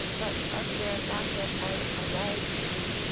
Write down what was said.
but of their matter as allied to,